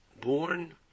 born